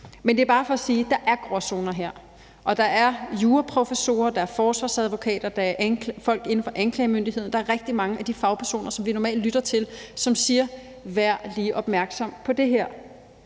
Men det er bare for sige, at der er gråzoner her, og der er juraprofessorer, der er forsvarsadvokater, der er folk inden for anklagemyndigheden, der er rigtig mange af de fagpersoner, som vi normalt lytter til, som siger: Vær lige opmærksom på det her;